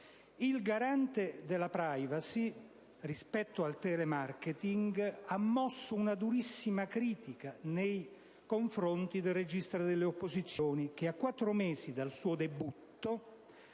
Il Garante per la *privacy*, rispetto al *telemarketing*, ha mosso una durissima critica nei confronti del registro delle opposizioni che, a quattro mesi dal suo debutto,